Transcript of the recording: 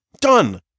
Done